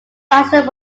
dyson